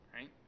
right